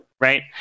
right